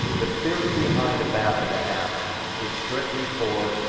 the theory behind a bath and a half is strictly for,